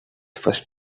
first